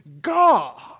God